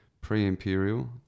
pre-imperial